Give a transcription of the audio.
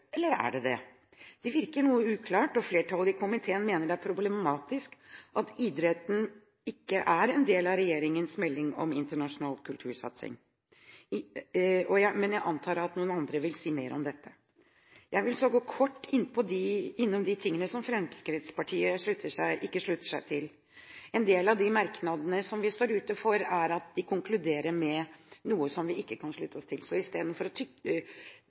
Eller er det det? Dette virker noe uklart, og flertallet i komiteen mener det er problematisk at ikke idretten er en del av regjeringens melding om internasjonal kultursatsing. Jeg antar at noen andre vil si mer om dette. Så vil jeg kort innom de tingene som Fremskrittspartiet ikke slutter seg til. Grunnen til at vi står utenfor noen av merknadene, er at de konkluderer med noe som vi ikke kan slutte oss til. Så istedenfor å